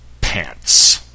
pants